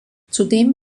zudem